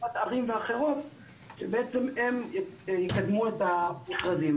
שבעצם הם יקדמו את המכרזים.